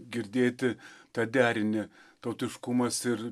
girdėti tą derinį tautiškumas ir